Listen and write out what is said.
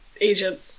agent